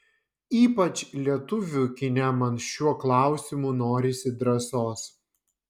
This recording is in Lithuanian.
ypač lietuvių kine man šiuo klausimu norisi drąsos